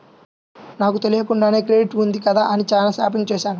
నాకు తెలియకుండానే క్రెడిట్ ఉంది కదా అని చానా షాపింగ్ చేశాను